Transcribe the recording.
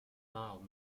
mild